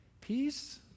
peace